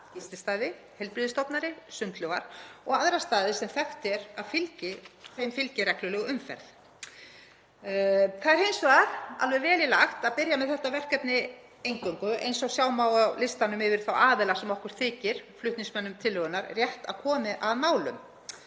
gististaði, heilbrigðisstofnanir, sundlaugar og aðra staði sem þekkt er að fylgi regluleg umferð. Það er hins vegar alveg vel í lagt að byrja með þetta verkefni eingöngu, eins og sjá má á listanum yfir þá aðila sem okkur flutningsmönnum tillögunnar þykir rétt að komi að málum.